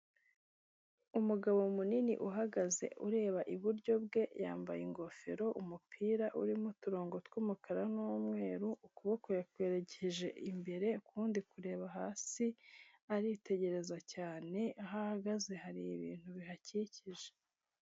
Umugabo munini uhagaze ureba iburyo bwe, yambaye ingofero, umupira urimo uturongo tw'umukara n'umweru, ukuboko yakwerekeje imbere, ukundi kureba hasi; aritegereza cyane aho ahagaze hari ibintu bihakikije.